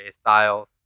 Styles